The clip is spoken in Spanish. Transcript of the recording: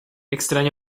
extraño